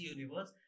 Universe